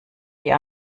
die